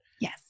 Yes